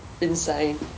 insane